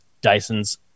dyson's